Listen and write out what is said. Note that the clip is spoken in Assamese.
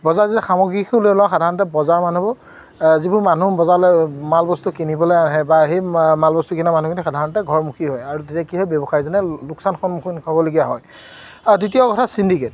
বজাৰ যেতিয়া সামগ্ৰী লৈ লওঁ সাধাৰণতে বজাৰ মানুহবোৰ যিবোৰ মানুহ বজাৰলৈ মাল বস্তু কিনিবলৈ আহে বা সেই মাল বস্তু কিনা মানুহখিনি সাধাৰণতে ঘৰমুখী হয় আৰু তেতিয়া কি হয় ব্যৱসায়জনে লোকচান সন্মুখীন হ'বলগীয়া হয় আৰু দ্বিতীয় কথা চিণ্ডিকেট